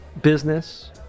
business